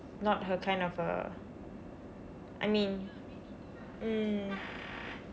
not her kind of uh I mean mm